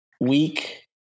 week